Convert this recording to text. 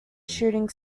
shooting